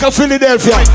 Philadelphia